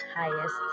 highest